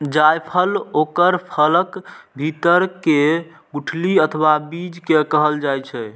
जायफल ओकर फलक भीतर के गुठली अथवा बीज कें कहल जाइ छै